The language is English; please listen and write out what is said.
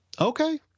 Okay